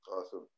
Awesome